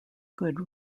good